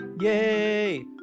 Yay